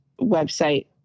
website